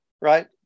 Right